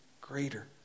greater